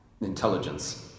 intelligence